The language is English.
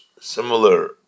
Similar